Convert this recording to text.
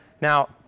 Now